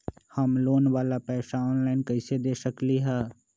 हम लोन वाला पैसा ऑनलाइन कईसे दे सकेलि ह?